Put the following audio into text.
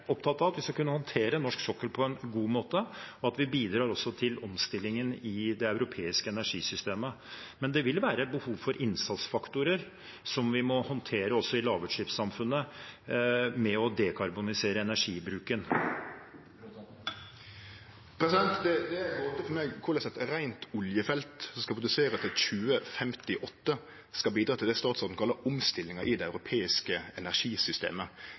opptatt av at vi skal kunne håndtere norsk sokkel på en god måte, og at vi skal bidra til omstillingen i det europeiske energisystemet. Men det vil være behov for innsatsfaktorer som vi må håndtere også i lavutslippssamfunnet, ved å dekarbonisere energibruken. Det blir oppfølgingsspørsmål – først Sveinung Rotevatn. Det ei gåte for meg korleis eit reint oljefelt, som skal produsere til 2058, skal bidra til det som statsråden kallar «omstillingen i det europeiske energisystemet».